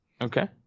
Okay